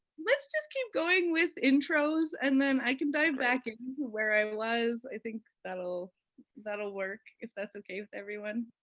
let's just keep going with intros, and then i can dive back into where i was. i think that'll that'll work if that is okay with everyone.